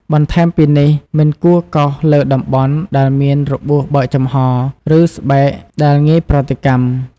បន្ថែមពីនេះ មិនគួរកោសលើតំបន់ដែលមានរបួសបើកចំហរ ឬស្បែកដែលងាយប្រតិកម្ម។